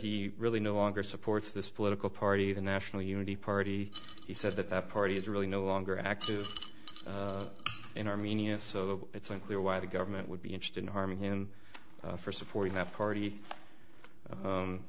he really no longer supports this political party the national unity party he said that the party is really no longer active in armenia so it's unclear why the government would be interested in harming him for supporting that party